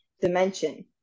dimension